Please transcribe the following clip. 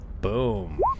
Boom